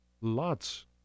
lots